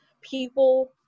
people